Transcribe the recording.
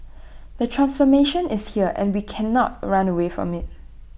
the transformation is here and we cannot run away from IT